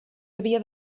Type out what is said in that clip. havia